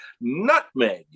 Nutmeg